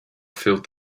filled